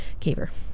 caver